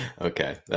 Okay